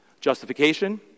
Justification